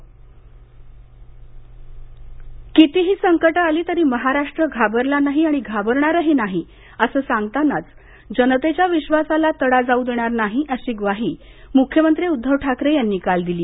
पुरुतक प्रकाशन कितीही संकटं आली तरी महाराष्ट्र घाबरला नाही आणि घाबरणारही नाही असं सांगतानाच जनतेच्या विश्वासाला तडा जाऊ देणार नाही अशी ग्वाही मुख्यमंत्री उद्दव ठाकरे यांनी काल दिली